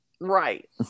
Right